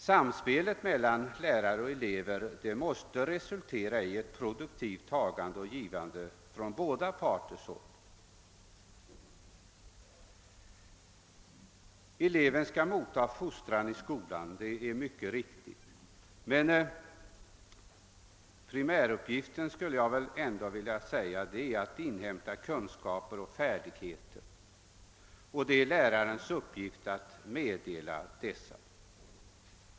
Samspelet mellan lärare och elever måste resultera i ett produktivt tagande och givande från båda parter. Eleven skall motta fostran i skolan, det är mycket riktigt, men primäruppgiften är väl ändå att inhämta kunskaper och färdigheter, och det är lärarens uppgift att meddela dessa.